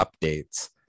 updates